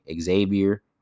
Xavier